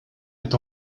est